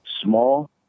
small